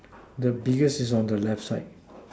the biggest is on the left side